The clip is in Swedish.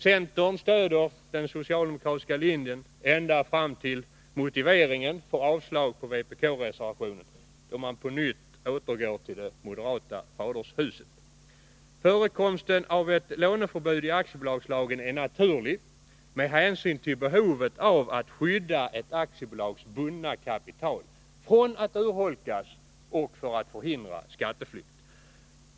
Centern stöder den socialdemokratiska linjen ända fram till motiveringen för avslag på vpk-reservationen, då man på nytt återgår till det moderata fadershuset. Förekomsten av ett låneförbud i aktiebolagslagen är naturlig med hänsyn till behovet av att skydda ett aktiebolags bundna kapital från att urholkas och för att förhindra skatteflykt.